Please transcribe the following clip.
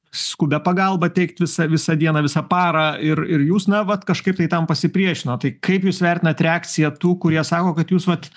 skubią pagalbą teikt visą visą dieną visą parą ir ir jūs na vat kažkaip tai tam pasipriešinot tai kaip jūs vertinat reakciją tų kurie sako kad jūs vat